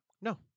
No